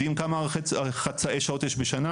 יודעים כמה חצאי שעות יש בשנה?